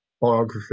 biography